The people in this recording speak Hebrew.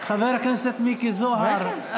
חבר הכנסת מיקי זוהר,